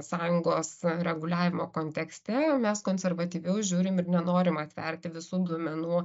sąjungos reguliavimo kontekste mes konservatyviau žiūrim ir nenorim atverti visų duomenų